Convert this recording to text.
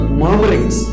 murmurings